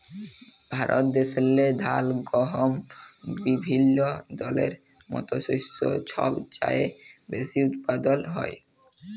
ভারত দ্যাশেল্লে ধাল, গহম বিভিল্য দলের মত শস্য ছব চাঁয়ে বেশি উৎপাদল হ্যয়